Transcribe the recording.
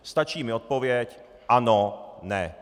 Stačí mi odpověď ano, ne.